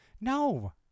No